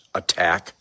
attack